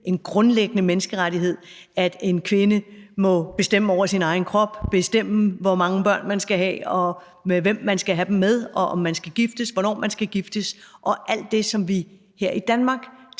en grundlæggende menneskerettighed, at en kvinde må bestemme over sin egen krop, bestemme, hvor mange børn man skal have, og hvem man skal have dem med, om man skal giftes, hvornår man skal giftes og alt det, som vi her i Danmark